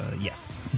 Yes